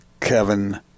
kevin